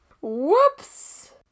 Whoops